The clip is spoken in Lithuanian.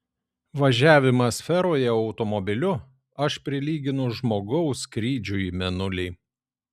važiavimą sferoje automobiliu aš prilyginu žmogaus skrydžiui į mėnulį